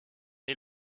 est